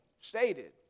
stated